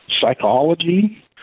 psychology